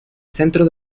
centro